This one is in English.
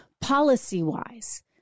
policy-wise